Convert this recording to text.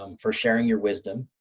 um for sharing your wisdom.